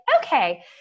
Okay